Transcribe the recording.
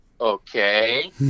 okay